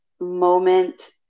moment